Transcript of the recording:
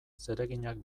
zereginak